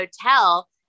hotel